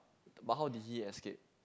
but how did he escape